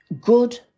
good